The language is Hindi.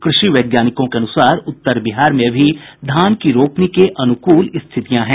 कृषि वैज्ञानिकों के अनुसार उत्तर बिहार में अभी धान की रोपनी के अनुकूल स्थितियां हैं